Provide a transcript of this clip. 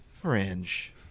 Fringe